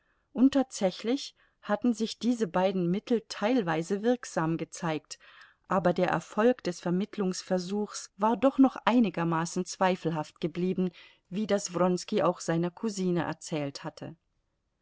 und tatsächlich hatten sich diese beiden mittel teilweise wirksam gezeigt aber der erfolg des vermittlungsversuchs war doch noch einigermaßen zweifelhaft geblieben wie das wronski auch seiner cousine erzählt hatte